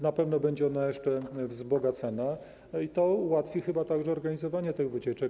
Na pewno będzie ona jeszcze wzbogacana i to ułatwi chyba także organizowanie tych wycieczek.